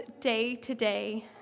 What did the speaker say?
day-to-day